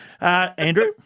Andrew